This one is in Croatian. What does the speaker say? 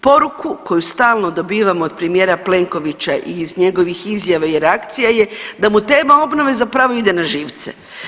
Poruku koju stalno dobivamo od premijera Plenkovića i iz njegovih izjava i reakcija je da mu tema obnove zapravo ide na živce.